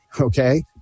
Okay